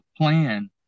plan